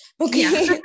okay